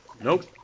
Nope